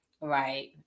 Right